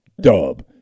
dub